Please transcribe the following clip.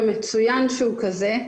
ומצוין שהוא כזה.